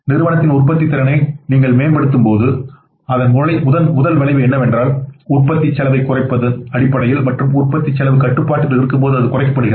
நிறுவனத்தில் உற்பத்தித்திறனை நீங்கள் மேம்படுத்தும்போது அதன் முதல் விளைவு என்னவென்றால் உற்பத்தி செலவைக் குறைப்பதன் அடிப்படையில் மற்றும் உற்பத்தி செலவு கட்டுப்பாட்டுக்குள் இருக்கும்போது அது குறைக்கப்படுகிறது